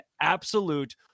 absolute